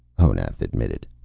honath admitted.